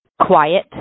quiet